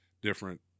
different